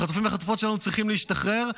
החטופים והחטופות שלנו צריכים להשתחרר,